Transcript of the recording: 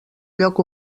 lloc